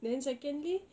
then secondly